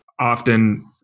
often